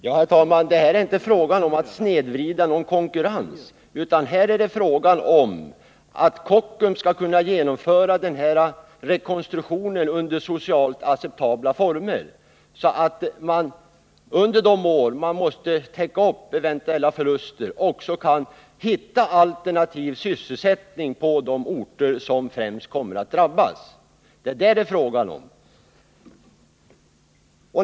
Herr talman! Här är inte fråga om att snedvrida någon konkurrens, utan här är det fråga om att Kockums skall kunna genomföra rekonstruktionen under socialt acceptabla former, så att man under de år man måste täcka eventuella förluster också kan hitta alternativ sysselsättning på de orter som främst kommer att drabbas. Det är det det är fråga om.